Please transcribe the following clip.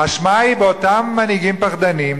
האשמה היא באותם מנהיגים פחדנים,